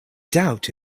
doubt